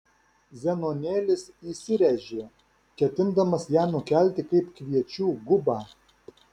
zenonėlis įsiręžė ketindamas ją nukelti kaip kviečių gubą